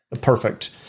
Perfect